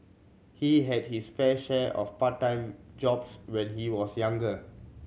he had his fair share of part time jobs when he was younger